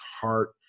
heart